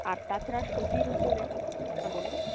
আর তাছাড়া সুতির উপরে হ্যাঁ বলুন